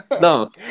No